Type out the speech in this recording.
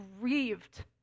grieved